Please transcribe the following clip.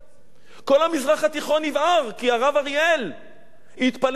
כל המזרח התיכון יבער כי הרב אריאל התפלל בהר-הבית.